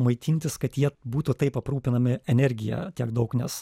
maitintis kad jie būtų taip aprūpinami energija tiek daug nes